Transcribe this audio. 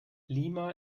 lima